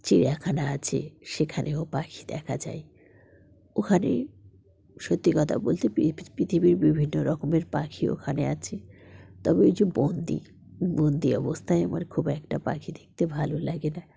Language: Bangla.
চিড়িয়াখানা আছে সেখানেও পাখি দেখা যায় ওখানে সত্যি কথা বলতে পৃথিবীর বিভিন্ন রকমের পাখি ওখানে আছে তবে ওই যে বন্দি বন্দি অবস্থায় আমার খুব একটা পাখি দেখতে ভালো লাগে না